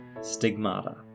Stigmata